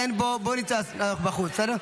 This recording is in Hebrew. אם יש משהו להידיין בו, בואו נצא בחוץ, בסדר?